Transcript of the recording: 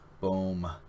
boom